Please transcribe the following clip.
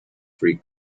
free